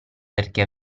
perché